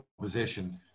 position